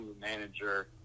manager